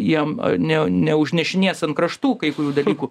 jiem ne neužnešinės ant kraštų kai kurių dalykų